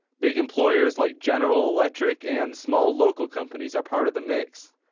big employers like general electric and small local companies are part of the mix.